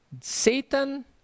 Satan